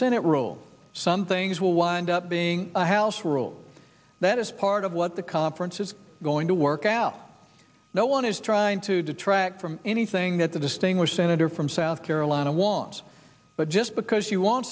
senate rule some things will wind up being a house rule that is part of what the conference is going to work out no one is trying to detract from anything that the distinguished senator from south carolina wants but just because you want